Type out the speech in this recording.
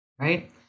right